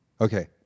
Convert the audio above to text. Okay